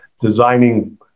designing